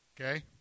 Okay